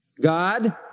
God